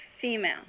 Female